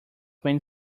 many